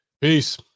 Peace